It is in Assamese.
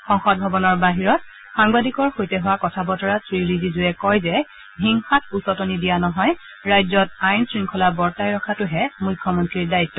সংসদ ভৱনৰ বাহিৰত সাংবাদিকৰ সৈতে হোৱা কথা বতৰাত শ্ৰীৰিজিজুৱে কয় যে হিংসাত উচতনি দিয়া নহয় ৰাজ্যত আইন শৃংখলা বৰ্তাই ৰখাটোহে মুখ্যমন্ত্ৰীৰ দায়িত্ব